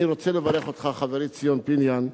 אני רוצה לברך אותך, חברי ציון פיניאן,